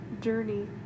journey